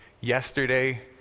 yesterday